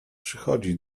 przychodzi